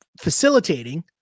facilitating